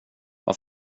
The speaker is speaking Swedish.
vad